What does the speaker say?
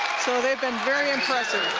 so they've been very impressive.